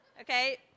Okay